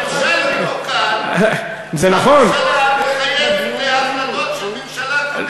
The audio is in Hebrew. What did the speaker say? הממשלה מחויבת להחלטות של ממשלה קודמת.